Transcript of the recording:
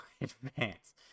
Advance